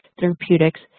therapeutics